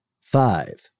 five